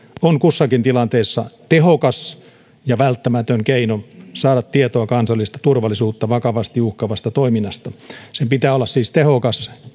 on kussakin tilanteessa tehokas ja välttämätön keino saada tietoa kansallista turvallisuutta vakavasti uhkaavasta toiminnasta sen pitää olla siis tehokas